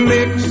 Mix